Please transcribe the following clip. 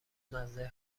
مزه